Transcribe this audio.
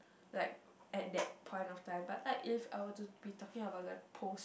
like at that point of time but like if I were to be talking about like psot